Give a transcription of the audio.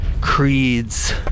creeds